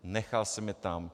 Nechal jsem je tam.